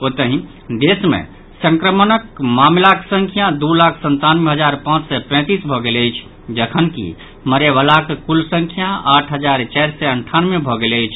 ओतहि देश मे संक्रमणक मामिलाक संख्या दू लाख संतानवे हजार पांच सय पैंतीस भऽ गेल अछि जखनकि मरय वलाक कुल संख्या आठ हजार चारि सय अंठानवे भऽ गेल अछि